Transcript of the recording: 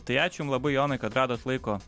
tai ačiū jum labai jonai kad radot laiko